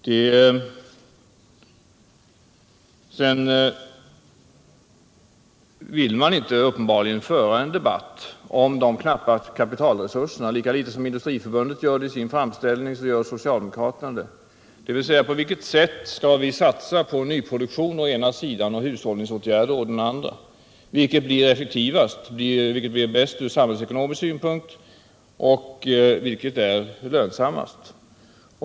Sedan vill man uppenbarligen inte föra en debatt om de knappa kapitalresurserna. Lika litet som Industriförbundet gör det i sin framställning gör socialdemokraterna det. På vilket sätt skall vi satsa på nyproduktion å ena sidan och hushållningsåtgärder å den andra? Vilket blir effektivast? Vilket är bäst från samhällsekonomisk synpunkt och vilket är lönsammast?